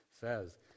says